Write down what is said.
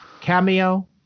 cameo